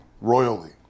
royally